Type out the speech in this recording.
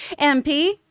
MP